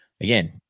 Again